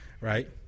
right